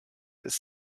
ist